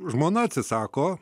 žmona atsisako